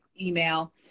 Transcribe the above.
email